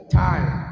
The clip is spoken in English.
time